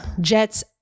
jets